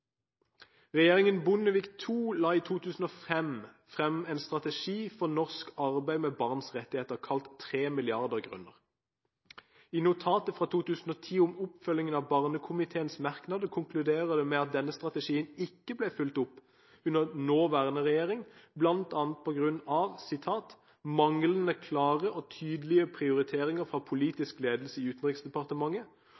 Regjeringen Bondevik II la i 2005 frem en strategi for norsk arbeid med barns rettigheter, kalt «Tre milliarder grunner». I notatet fra 2010 om oppfølgingen av barnekomiteens merknader konkluderes det med at denne strategien ikke ble fulgt opp under nåværende regjering, bl.a. på grunn av manglende klare og tydelige prioriteringer fra